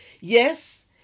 yes